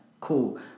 cool